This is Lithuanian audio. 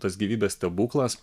tas gyvybės stebuklas